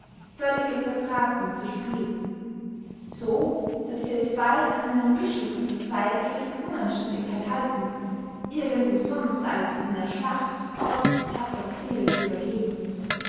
völlige satrapen zu spielen so daß sie es bald an einem bischoffe für feigheit und unanständigkeit halten irgendwo sonst als in einer schlacht gott die tapfere seele zu übergeben